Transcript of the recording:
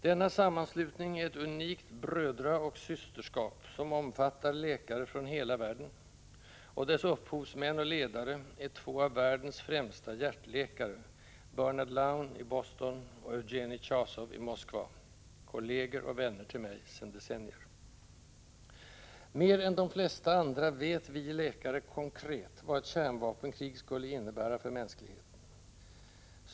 Denna sammanslutning är ett unikt brödraoch systerskap, som omfattar läkare från hela världen, och dess upphovsmän och ledare är två av världens främsta hjärtläkare, Bernard Lown i Boston och Eugeni Chazov i Moskva, kolleger och vänner till mig sedan decennier. Mer än de flesta andra vet vi läkare konkret vad ett kärnvapenkrig skulle innebära för mänskligheten.